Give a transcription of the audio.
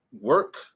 work